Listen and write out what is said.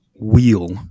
wheel